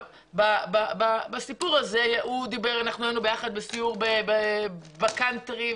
היינו יחד בסיור בקאונטרי,